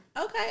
Okay